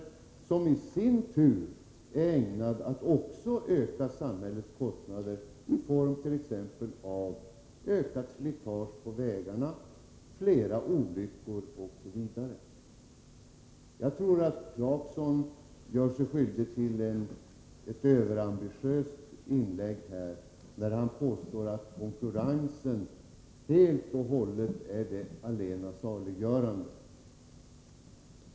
Detta är i sin tur ägnat att öka samhällets kostnader i form av t.ex. ökat slitage på vägarna, flera olyckor osv. Jag tror att Rolf Clarkson är överambitiös när han påstår att konkurrensen är det allena saliggörande.